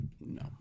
no